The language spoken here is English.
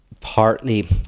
partly